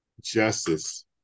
justice